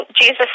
Jesus